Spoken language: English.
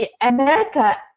America